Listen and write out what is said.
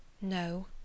No